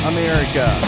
America